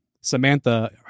Samantha